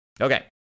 Okay